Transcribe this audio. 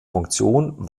funktion